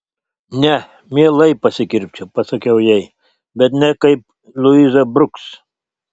ne mielai pasikirpčiau pasakiau jai bet ne kaip luiza bruks